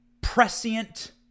prescient